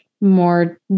more